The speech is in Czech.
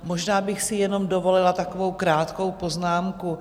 Možná bych si jenom dovolila takovou krátkou poznámku.